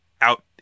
out